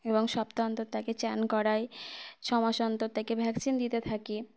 এবং সপ্তাহ অন্তর তাকে স্নান করাই ছ মাস অন্তর তাকে ভ্যাকসিন দিতে থাকে